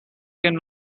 can